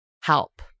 Help